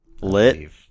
Lit